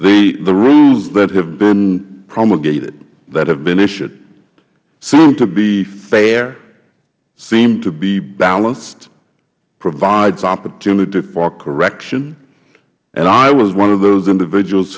e the rules that have been promulgated that have been issued seem to be fair seem to be balanced provides opportunity for correction and i was one of those individuals